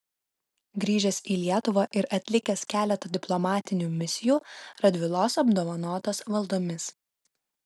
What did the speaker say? grįžęs į lietuvą ir atlikęs keletą diplomatinių misijų radvilos apdovanotas valdomis